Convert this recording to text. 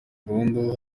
burundu